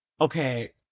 Okay